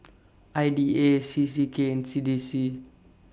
I D A C C K and C D C